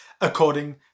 according